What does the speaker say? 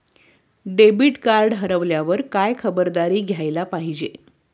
Debit card हरवल्यावर काय खबरदारी घ्यायला पाहिजे?